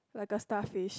like a starfish